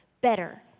better